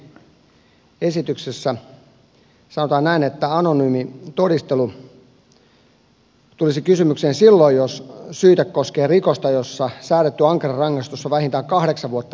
täällä lakiesityksessä sanotaan näin että anonyymi todistelu tulisi kysymykseen silloin jos syyte koskee rikosta josta säädetty ankarin rangaistus on vähintään kahdeksan vuotta vankeutta